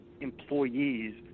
employees